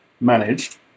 managed